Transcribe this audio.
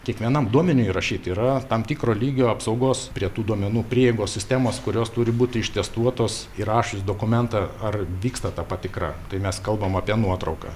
kiekvienam duomeniui įrašyti yra tam tikro lygio apsaugos prie tų duomenų prieigos sistemos kurios turi būti ištestuotos įrašius dokumentą ar vyksta ta patikra tai mes kalbam apie nuotrauką